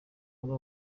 amwe